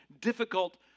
difficult